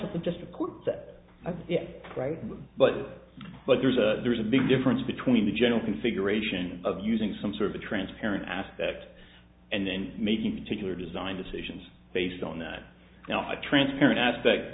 that's right but but there's a there's a big difference between the general configuration of using some sort of a transparent aspect and then making particular design decisions based on that now a transparent aspect